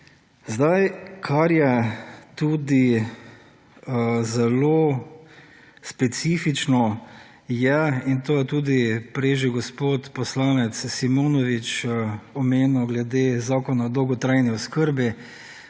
Kar je tudi zelo specifično je in to je tudi prej že gospod poslanec Simonovič omenil glede zakona o dolgotrajni oskrbi,